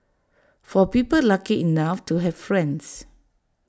for people lucky enough to have friends